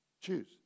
Choose